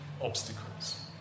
obstacles